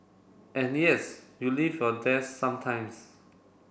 and yes you leave your desk sometimes